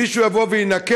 מישהו יבוא וינקה,